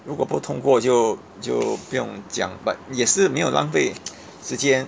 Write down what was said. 如果不通过就就不用讲 but 也是没有浪费时间